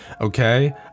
Okay